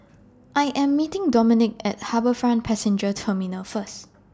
I Am meeting Dominque At HarbourFront Passenger Terminal First